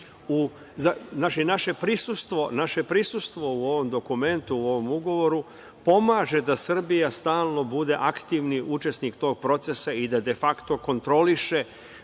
Naše prisustvo u ovom dokumentu, u ovom ugovoru, pomaže da Srbija stalno bude aktivni učesnik tog procesa i da de fakto, kontroliše